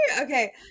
okay